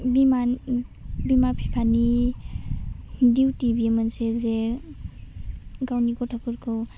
बिमा बिमा फिफानि डिउटि बेयो मोनसे जे गावनि गथ'फोरखौ